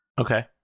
Okay